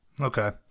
Okay